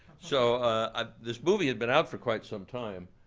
so ah this movie had been out for quite some time.